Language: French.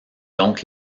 donc